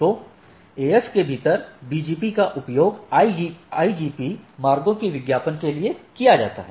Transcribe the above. तो AS के भीतर BGP का उपयोग स्थानीय IGP मार्गों के विज्ञापन के लिए किया जाता है